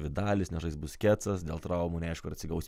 vidalis nežais busketsas dėl traumų neaišku ar atsigaus